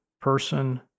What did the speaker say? person